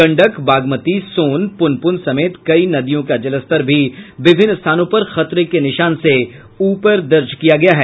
गंडक बागमती सोन पुनपुन समेत कई नदियों का जलस्तर भी विभिन्न स्थानों पर खतरे के निशान से ऊपर दर्ज किया गया है